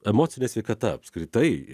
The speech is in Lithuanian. emocinė sveikata apskritai